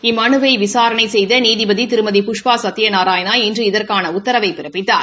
இம்மனுவினை விசாரணை செய்த நீதிபதி திரு புஷ்பா சத்திய நாராயணா இன்று இதற்கான உத்தரவினை பிறப்பித்தார்